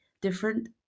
different